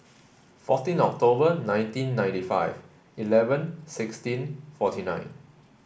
fourteen October nineteen ninety five eleven sixteen forty nine